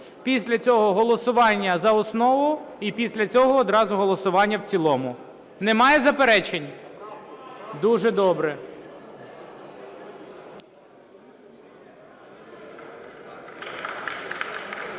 після цього голосування за основу, і після цього одразу голосування в цілому. Немає заперечень? Дуже добре.